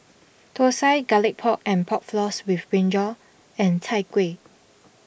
Thosai Garlic Pork and Pork Floss with Brinjal and Chai Kuih